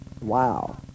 wow